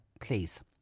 please